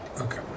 Okay